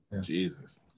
Jesus